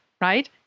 right